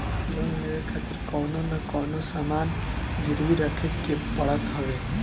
loan लेवे खातिर कवनो न कवनो सामान गिरवी रखे के पड़त हवे